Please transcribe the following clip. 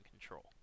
control